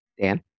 Dan